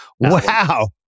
Wow